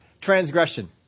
transgression